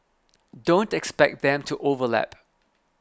don't expect them to overlap